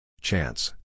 Chance